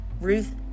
Ruth